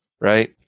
right